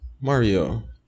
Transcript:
Mario